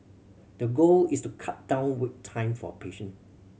the goal is to cut down wait time for patient